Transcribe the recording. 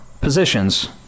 positions